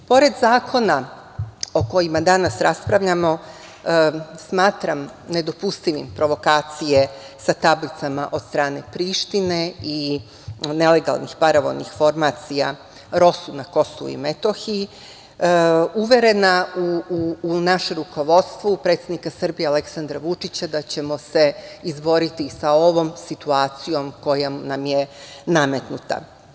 Pored zakona o kojima danas raspravljamo, smatram nedopustivim provokacije sa tablicama od strane Prištine i nelegalnih paravojnih formacija ROSU na Kosovu i Metohiji, uverena u naše rukovodstvo, u predsednika Srbije Aleksandra Vučića da ćemo se izboriti i sa ovom situacijom kojom nam je nametnuta.